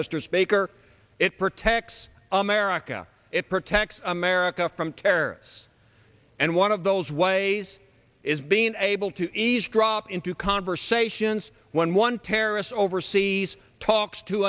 mr speaker it protects america it protects america from care and one of those ways is being able to ease drop into conversations when one terrorist overseas talks to